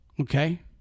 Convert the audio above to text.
okay